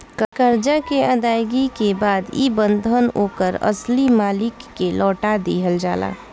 करजा के अदायगी के बाद ई बंधन ओकर असली मालिक के लौटा दिहल जाला